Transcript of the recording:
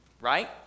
right